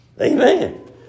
Amen